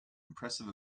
impressive